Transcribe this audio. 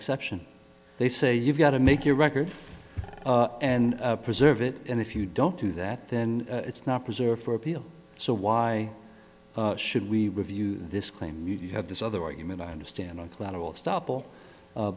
exception they say you've got to make your record and preserve it and if you don't do that then it's not preserved for appeal so why should we review this claim you have this other argument i understand on collateral